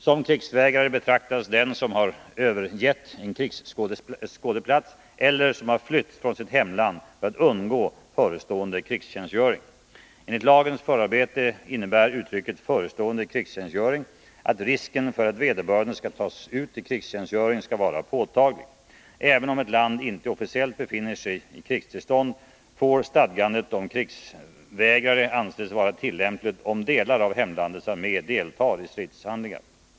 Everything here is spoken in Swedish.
Som krigsvägrare betraktas den som har övergett en krigsskådeplats eller som har flytt från sitt hemland för att undgå förestående krigstjänstgöring. Enligt lagens förarbeten innebär uttrycket ”förestående krigstjänstgöring” att risken för att vederbörande skall tas ut till krigstjänstgöring skall vara påtaglig. Även om ett land inte officiellt befinner sig i krigstillstånd får stadgandet om krigsvägrare anses vara tillämpligt, om delar av hemlandets armé deltar i stridshandlingar.